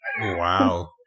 Wow